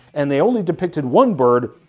and they only depicted one bird,